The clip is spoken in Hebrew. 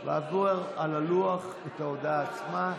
להעביר על הלוח את ההודעה עצמה: